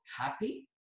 happy